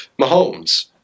Mahomes